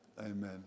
Amen